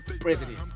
president